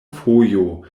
fojo